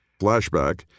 Flashback